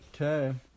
Okay